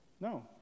No